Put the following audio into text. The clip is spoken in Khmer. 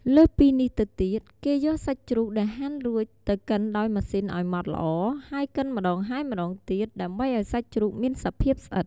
លើសពីនេះទៅទៀត គេយកសាច់ជ្រូកដែលហាន់រួចទៅកិនដោយម៉ាស៊ីនឱ្យម៉ត់ល្អ ហើយកិនម្ដងហើយម្ដងទៀត ដើម្បីឱ្យសាច់ជ្រូកមានសភាពស្អិត។